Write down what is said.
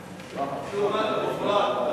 את הנושא לוועדת הפנים והגנת הסביבה נתקבלה.